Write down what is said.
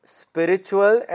spiritual